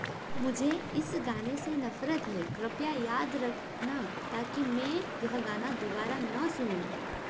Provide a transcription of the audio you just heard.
मुझे इस गाने से नफ़रत है कृपया याद रखना ताकि मैं यह गाना दुबारा न सुनूँ